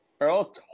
Earl